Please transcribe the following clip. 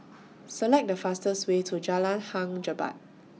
Select The fastest Way to Jalan Hang Jebat